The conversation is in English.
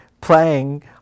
playing